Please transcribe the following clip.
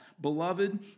Beloved